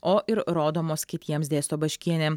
o ir rodomos kitiems dėsto baškienė